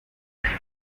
umwe